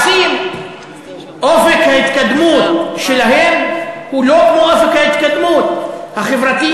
אופק ההתקדמות שלהם הוא לא כמו אופק ההתקדמות החברתי,